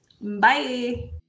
Bye